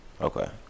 Okay